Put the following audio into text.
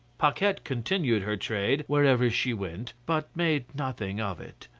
paquette continued her trade wherever she went, but made nothing of it.